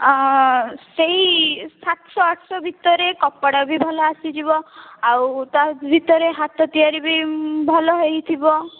ଆ ସେଇ ସାତଶହ ଆଠଶହ ଭିତରେ କପଡା ବି ଭଲ ଆସିଯିବ ଆଉ ତା' ଭିତରେ ହାତ ତିଆରିବି ଭଲ ହୋଇଥିବ